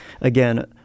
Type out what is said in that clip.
again